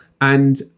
And-